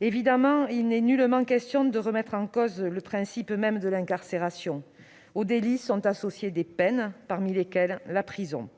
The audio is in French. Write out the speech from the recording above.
Évidemment, il n'est nullement question de remettre en cause le principe même de l'incarcération. Aux délits sont associées des peines, parmi lesquelles la prison.